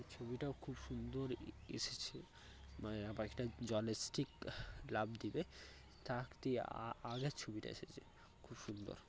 ছবিটাও খুব সুন্দর এসেছে মানে পাখিটা জলে ঠিক লাফ দেবে তার ঠিক আগের ছবিটা এসেছে খুব সুন্দর